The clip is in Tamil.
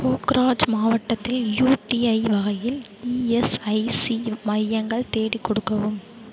கோக்ராஜ் மாவட்டத்தில் யுடிஐ வகையில் இஎஸ்ஐசி மையங்கள் தேடிக் கொடுக்கவும்